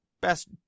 Best